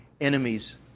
enemies